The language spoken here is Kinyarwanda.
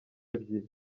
ebyiri